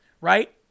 right